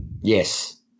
Yes